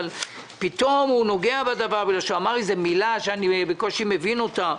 אבל פתאום הוא נוגע בדבר בגלל שהוא אמר איזו מילה שאני בקושי מבין אותה.